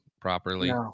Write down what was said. properly